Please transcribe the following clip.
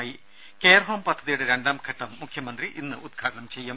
ത കെയർഹോം പദ്ധതിയുടെ രണ്ടാംഘട്ടം മുഖ്യമന്ത്രി ഇന്ന് ഉദ്ഘാടനം ചെയ്യും